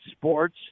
sports